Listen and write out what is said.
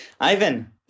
Ivan